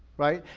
right?